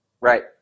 Right